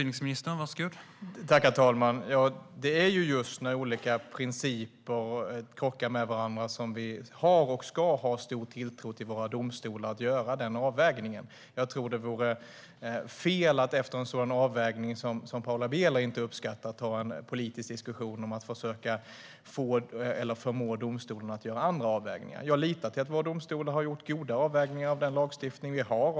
Herr talman! Det är just när olika principer krockar med varandra som vi ska ha stor tilltro till våra domstolar att göra denna avvägning. Det vore fel att efter en sådan avvägning som Paula Bieler inte uppskattar ta en politisk diskussion om att försöka förmå domstolen att göra andra avvägningar. Jag litar på att våra domstolar har gjort goda avvägningar av den lagstiftning vi har.